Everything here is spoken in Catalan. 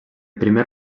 primer